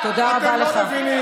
תודה רבה לך.